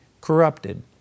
corrupted